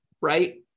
right